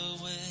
away